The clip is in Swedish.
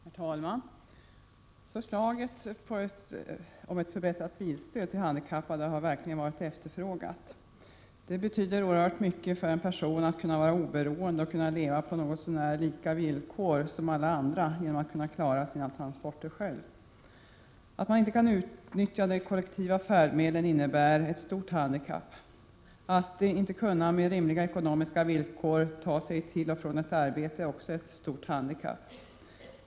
Herr talman! Förslaget till ett förbättrat bilstöd till handikappade har verkligen varit efterfrågat. Det betyder oerhört mycket för en person att kunna vara oberoende och kunna leva på något så när lika villkor som alla andra genom att kunna klara sina transporter själv. Att man inte kan utnyttja de kollektiva färdmedlen innebär ett stort handikapp och att inte på rimliga ekonomiska villkor kunna ta sig fram till och från ett arbete är också ett stort handikapp.